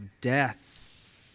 death